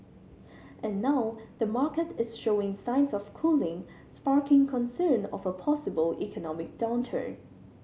and now the market is showing signs of cooling sparking concern of a possible economic downturn